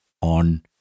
on